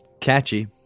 catchy